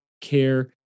care